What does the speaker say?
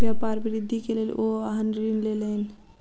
व्यापार वृद्धि के लेल ओ वाहन ऋण लेलैन